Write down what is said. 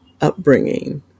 upbringing